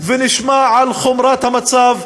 ופעם שנייה, כמה כסף חוסכים.